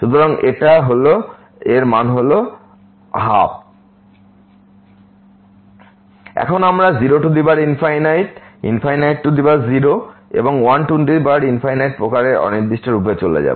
সুতরাং এটা x1ln 1 1x 12 এখন আমরা 00 0 এবং 1 প্রকারের অনির্দিষ্ট রূপে চলে যাব